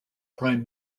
prime